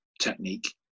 technique